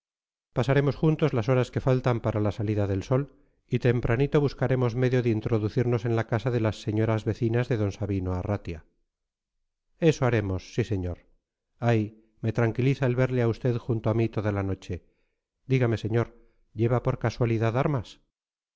pasaremos juntos las horas que faltan para la salida del sol y tempranito buscaremos medio de introducirnos en la casa de las señoras vecinas de d sabino arratia eso haremos sí señor ay me tranquiliza el verle a usted junto a mí toda la noche dígame señor lleva por casualidad armas